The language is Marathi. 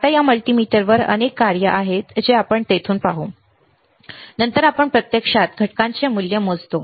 आता या मल्टीमीटरवर अनेक कार्ये आहेत जे आपण येथून जातो आणि नंतर आपण प्रत्यक्षात घटकांचे मूल्य मोजतो